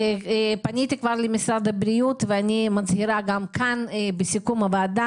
פניתי כבר למשרד הבריאות ואני מצהירה גם כאן בסיכום פעילות הוועדה